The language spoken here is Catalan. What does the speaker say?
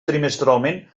trimestralment